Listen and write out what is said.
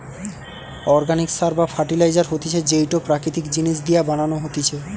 organic সার বা fertiliser হতিছে যেইটো প্রাকৃতিক জিনিস দিয়া বানানো হতিছে